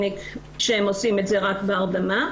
האולטרסאונד עצמו בזמן התקף זה הדבר הכי קשה שיכול להיות,